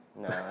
No